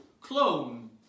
clone